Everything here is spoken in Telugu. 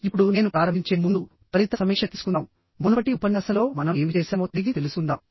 ఇప్పుడు నేను ప్రారంభించే ముందుత్వరిత సమీక్ష తీసుకుందాంమునుపటి ఉపన్యాసంలో మనం ఏమి చేశామో తిరిగి తెలుసుకుందాం